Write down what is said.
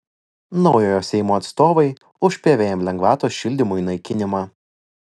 naujojo seimo atstovai už pvm lengvatos šildymui naikinimą